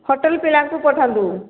hotel ପିଲାଙ୍କୁ ପଠାନ୍ତୁ